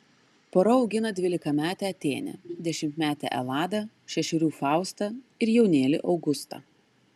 pora augina dvylikametę atėnę dešimtmetę eladą šešerių faustą ir jaunėlį augustą